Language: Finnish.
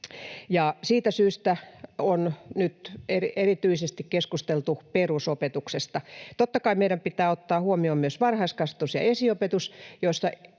siitä syystä on nyt erityisesti keskusteltu perusopetuksesta. Totta kai meidän pitää ottaa huomioon myös varhaiskasvatus ja esiopetus,